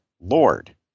lord